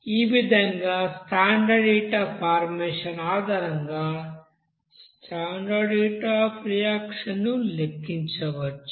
ఈ విధంగా standard heat of formation ఆధారంగా స్టాండర్డ్ హీట్ అఫ్ రియాక్షన్ ను లెక్కించవచ్చు